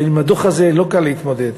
עם הדוח הזה לא קל להתמודד.